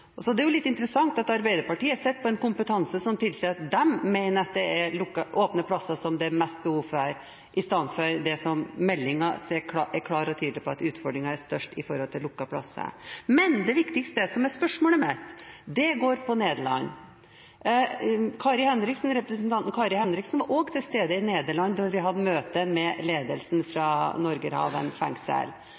her. Så det er jo litt interessant at Arbeiderpartiet sitter på en kompetanse som tilsier at de mener at det er åpne plasser som det er mest behov for, istedenfor det som meldingen er klar og tydelig på, at utfordringen er størst i forhold til lukkede plasser. Men det viktigste, som er spørsmålet mitt, går på Nederland. Representanten Kari Henriksen var også til stede i Nederland da vi hadde møte med ledelsen i Norgerhaven fengsel.